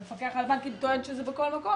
המפקח על הבנקים טוען שזה בכל מקום,